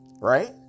right